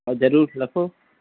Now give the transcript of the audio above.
જરૂર લખો